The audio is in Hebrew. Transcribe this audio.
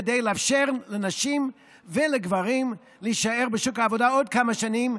כדי לאפשר לנשים ולגברים להישאר בשוק העבודה עוד כמה שנים,